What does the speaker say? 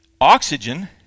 oxygen